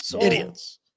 Idiots